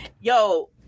Yo